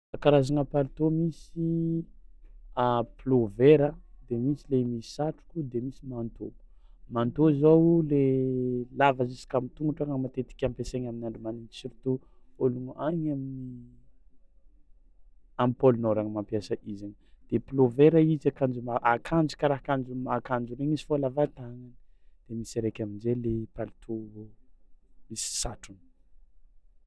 Karazagna palitao misy pullover a de misy le misy satroko de misy manteau, manteau zao le lava juska am'tongotra raha matetiky ampiasaigny amin'ny andro manintsy surtout ôlogno any amin'ny am'pôle nord agny mampiasa i zainy de pullover izy akanjo ma- akanjo karaha akanjo ma- akanjo regny izy fao lava tàgnana de misy araiky amin-jay le palitao misy satrony.